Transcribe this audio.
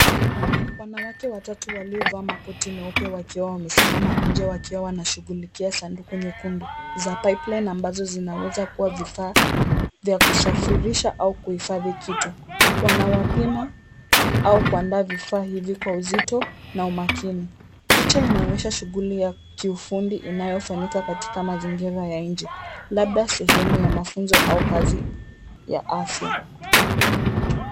Wanawake watatu waliovaa makoti meupe wakiwa wamesimama nje wakiwa wanashughulikia sanduku nyekundu za Pipeline ambazo zinaweza kuwa vifaa vya kusafirisha au kuhifadhi kitu. Wanawapima au kuandaa vifaa hivi kwa uzito na umakini. Picha inaonyesha shuguli ya kiufundi inayofanyika katika mazingira ya nje labda sehemu ya mafunzo au kazi ya afya.